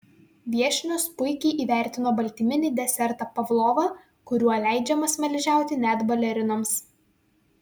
viešnios puikiai įvertino baltyminį desertą pavlovą kuriuo leidžiama smaližiauti net balerinoms